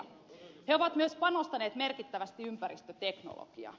he ovat myös panostaneet merkittävästi ympäristöteknologiaan